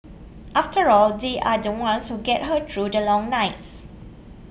after all they are the ones who get her through the long nights